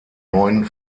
neuen